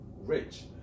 rich